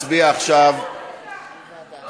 אז שיעבור